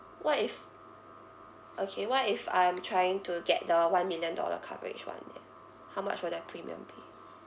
what if okay what if I'm trying to get the one million dollar coverage [one] then how much would that premium be